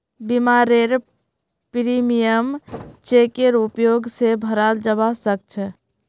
बीमारेर प्रीमियम चेकेर उपयोग स भराल जबा सक छे